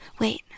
Wait